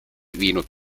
viinud